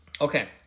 okay